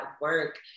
work